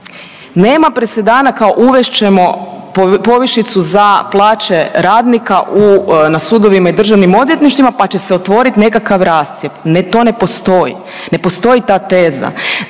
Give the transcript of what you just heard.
nema presedana kao uvest ćemo povišicu za plaće radnika na sudovima i državnim odvjetništvima, pa će se otvorit nekakav rascjep, ne to ne postoji, ne postoji ta teza.